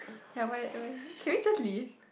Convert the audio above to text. ya why wh~ can we just leave